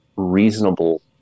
reasonable